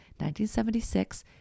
1976